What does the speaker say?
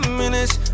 minutes